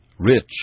Rich